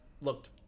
looked